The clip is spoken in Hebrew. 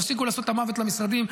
תפסיקו לעשות את המוות למשרדים,